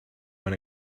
when